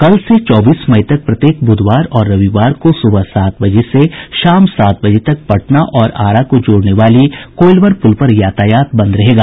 कल से चौबीस मई तक प्रत्येक ब्धवार और रविवार को सुबह सात बजे से शाम सात बजे तक पटना और आरा को जोड़ने वाली कोईलवर पुल पर यातायात बंद रहेगा